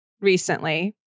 recently